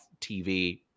TV